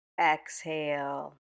exhale